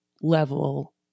level